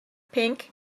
pink